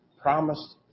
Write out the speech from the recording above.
promised